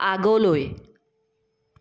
আগলৈ